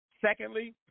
Secondly